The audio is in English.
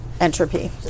entropy